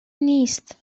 نیست